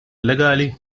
illegali